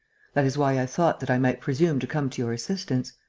that is why i thought that i might presume to come to your assistance.